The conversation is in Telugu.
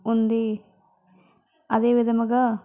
ఉంది అదే విధముగా